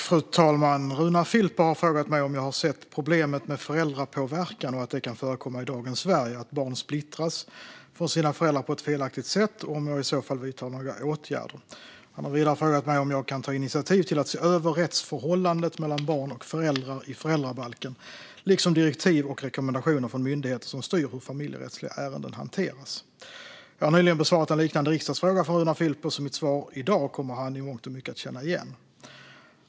Fru talman! Runar Filper har frågat mig om jag har sett problemet med föräldrapåverkan och att det kan förekomma i dagens Sverige att barn splittras från sina föräldrar på ett felaktigt sätt, och om jag i så fall vidtar några åtgärder. Han har vidare frågat mig om jag kan ta initiativ till att se över rättsförhållandet mellan barn och föräldrar i föräldrabalken, liksom direktiv och rekommendationer från myndigheter som styr hur familjerättsliga ärenden hanteras. Jag har nyligen besvarat en liknande riksdagsfråga från Runar Filper, så mitt svar i dag kommer han, i mångt och mycket, att känna igen.